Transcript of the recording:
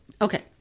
Okay